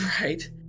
right